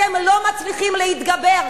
אתם לא מצליחים להתגבר.